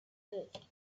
exist